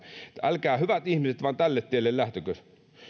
älkää hyvät ihmiset vain tälle tielle lähtekö